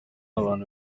abantu